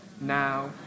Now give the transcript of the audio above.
now